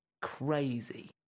crazy